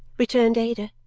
returned ada.